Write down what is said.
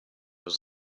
was